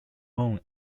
moon